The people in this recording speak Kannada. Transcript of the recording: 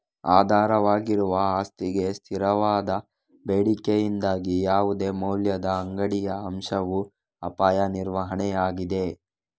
ಆಧಾರವಾಗಿರುವ ಆಸ್ತಿಗೆ ಸ್ಥಿರವಾದ ಬೇಡಿಕೆಯಿಂದಾಗಿ ಯಾವುದೇ ಮೌಲ್ಯದ ಅಂಗಡಿಯ ಅಂಶವು ಅಪಾಯ ನಿರ್ವಹಣೆಯಾಗಿದೆ